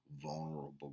vulnerable